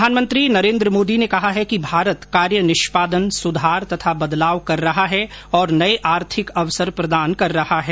प्रधानमंत्री नरेन्द्र मोदी ने कहा है कि भारत कार्य निष्पादन सुधार तथा बदलाव कर रहा है और नये आर्थिक अवसर प्रदान कर रहा है